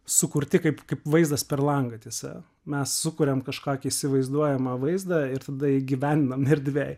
sukurti kaip kaip vaizdas per langą tiesa mes sukuriam kažkokį įsivaizduojamą vaizdą ir tada įgyvendinam erdvėj